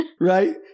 Right